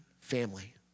family